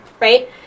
right